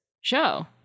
show